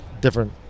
different